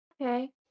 okay